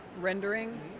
rendering